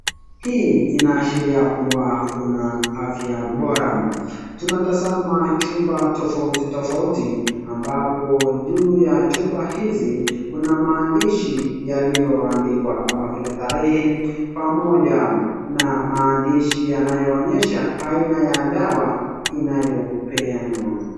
Hii inaashiria kuwa kuna afya bora. Tunatazama chupa tofauti tofauti ambapo juu ya chupa hizi kuna maandishi yaliyoandikwa kama vile tarehe pamoja na maandishi yanayoonyesha aina ya dawa inayopeanwa.